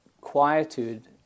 quietude